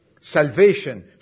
Salvation